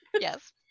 Yes